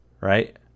right